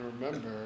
remember